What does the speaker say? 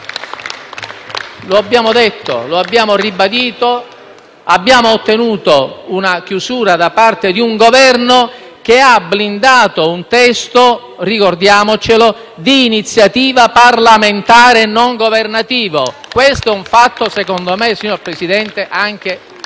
Lo abbiamo detto, lo abbiamo ribadito. Abbiamo ottenuto una chiusura da parte di un Governo che ha blindato un testo - ricordiamocelo - di iniziativa parlamentare e non governativa. *(Applausi dal Gruppo FI-BP)*. Questo è un fatto - secondo me - signor Presidente, anche